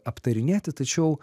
aptarinėti tačiau